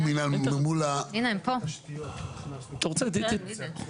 בחוק ההסדרים.